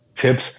tips